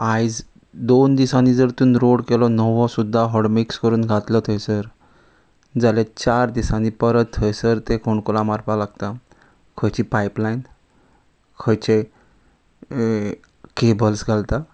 आयज दोन दिसांनी जर तुमी रोड केलो नवो सुद्दा हॉट मिक्स करून घातलो थंयसर जाल्या चार दिसांनी परत थंयसर ते फोणकोलां मारपाक लागता खंयची पायप लायन खंयचे केबल्स घालता